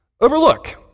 overlook